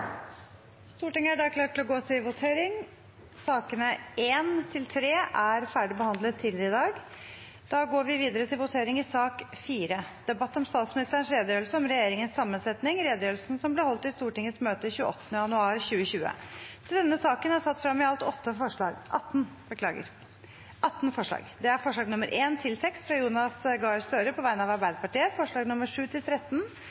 Stortinget er da klar til å gå til votering. Sakene nr. 1–3 er ferdig behandlet tidligere i dag. Vi går videre til votering i sak nr. 4. Under debatten er det satt frem i alt 18 forslag. Det er forslagene nr. 1–6, fra Jonas Gahr Støre på vegne av